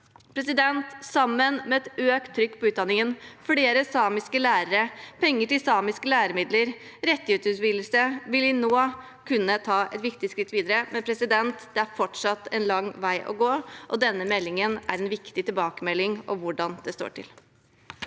i dag. Sammen med et økt trykk på utdanningen, flere samiske lærere, penger til samiske læremidler og rettighetsutvidelse vil vi nå kunne ta et viktig skritt videre. Men det er fortsatt en lang vei å gå. Denne meldingen er en viktig tilbakemelding om hvordan det står til.